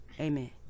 Amen